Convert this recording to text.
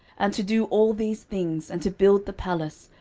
and to do all these things, and to build the palace,